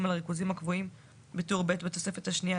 על הריכוזים הקבועים בטור ב' בתוספת השנייה,